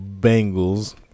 Bengals